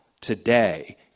today